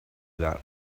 that